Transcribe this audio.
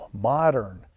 modern